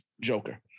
Joker